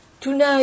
Tonight